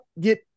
get